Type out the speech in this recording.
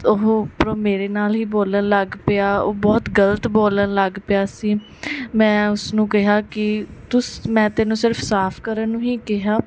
ਉਹ ਉੱਪਰੋਂ ਮੇਰੇ ਨਾਲ ਹੀ ਬੋਲਣ ਲੱਗ ਪਿਆ ਉਹ ਬਹੁਤ ਗਲਤ ਬੋਲਣ ਲੱਗ ਪਿਆ ਸੀ ਮੈਂ ਉਸਨੂੰ ਕਿਹਾ ਕਿ ਤੁਸ ਮੈਂ ਤੈਨੂੰ ਸਿਰਫ਼ ਸਾਫ਼ ਕਰਨ ਨੂੰ ਹੀ ਕਿਹਾ